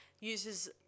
uses